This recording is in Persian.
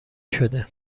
شده